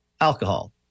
alcohol